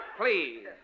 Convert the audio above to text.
please